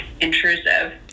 intrusive